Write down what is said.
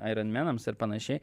aironmenams ir panašiai